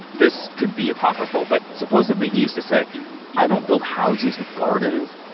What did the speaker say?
this could be apocryphal, but supposedly he used to say i don't build houses with gardens,